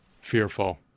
fearful